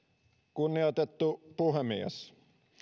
kunnioitettu puhemies